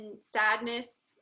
sadness